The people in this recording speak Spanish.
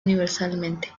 universalmente